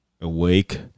awake